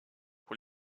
pour